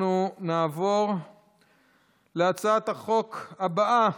אנחנו נעבור להצעת החוק הבאה,